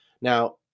Now